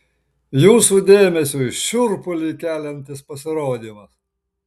jūsų dėmesiui šiurpulį keliantis pasirodymas